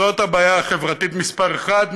זאת הבעיה החברתית מספר אחת,